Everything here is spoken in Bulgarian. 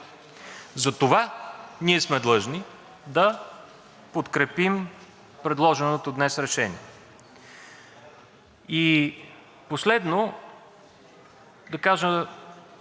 И последно, да кажа нещо по свързаността между оказването на военна и военно-техническа помощ или подкрепа за Украйна